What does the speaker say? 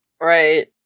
Right